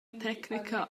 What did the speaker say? tecnica